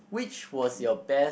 which was your best